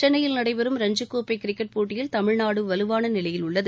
சென்னையில் நடைபெறும் ரஞ்சிக்கோப்பை கிரிக்கெட் போட்டியில் தமிழ்நாடு வலுவான நிலையில் உள்ளது